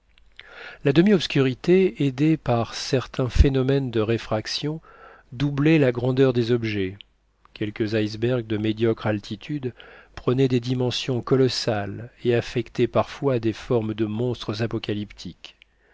la demi-obscurité aidée par certains phénomènes de réfraction doublait la grandeur des objets quelques icebergs de médiocre altitude prenaient des dimensions colossales et affectaient parfois des formes de monstres apocalyptiques